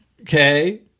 Okay